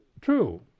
true